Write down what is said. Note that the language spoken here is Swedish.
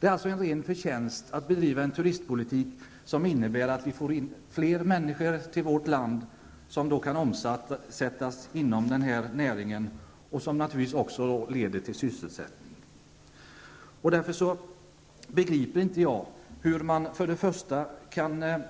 Det är alltså ren förtjänst att bedriva en turistpolitik som leder till att vi till vårt land får in fler människor som omsätter pengar här, något som naturligtvis bidrar till sysselsättningen. Det är egentligen obegripligt att regeringen kan